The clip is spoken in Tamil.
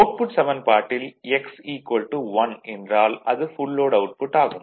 அவுட்புட் சமன்பாட்டில் x 1 என்றால் அது ஃபுல் லோட் அவுட்புட் ஆகும்